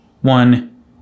One